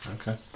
Okay